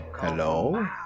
Hello